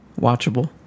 watchable